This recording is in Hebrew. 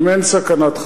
אם אין סכנת חיים.